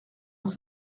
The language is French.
dans